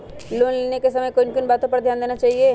Loan लेने के समय किन किन वातो पर ध्यान देना चाहिए?